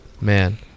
Man